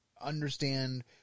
understand